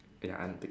ya antics